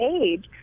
age